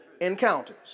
encounters